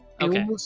Okay